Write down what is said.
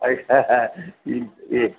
ಅಯ್ಯೋ ಈ ಈ